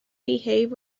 behave